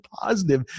positive